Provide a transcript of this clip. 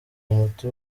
umuti